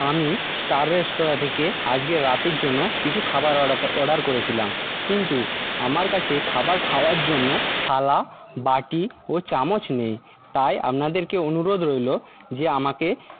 আমি স্টার রেস্তোরাঁ থেকে আজকে রাতের জন্য কিছু খাবার অর্ডার করেছিলাম কিন্তু আমার কাছে খাবার খাওয়ার জন্য থালা বাটি ও চামচ নেই তাই আপনাদেরকে অনুরোধ রইলো যে আমাকে